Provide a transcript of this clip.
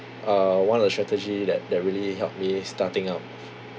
uh one of the strategy that that really helped me starting out